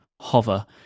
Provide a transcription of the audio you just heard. Hover